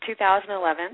2011